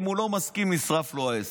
אם הוא לא מסכים, נשרף לו העסק,